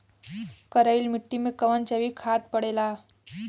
करइल मिट्टी में कवन जैविक खाद पड़ेला?